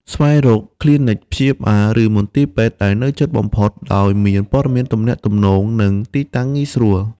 ស្វែងរកគ្លីនិកព្យាបាល ឬមន្ទីរពេទ្យដែលនៅជិតបំផុត ដោយមានព័ត៌មានទំនាក់ទំនង និងទីតាំងងាយស្រួល។